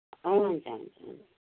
हुन्छ हुन्छ